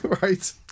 Right